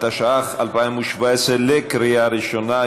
התשע"ח 2017, קריאה ראשונה.